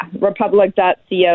Republic.co